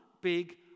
big